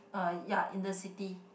uh ya in the city